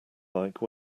like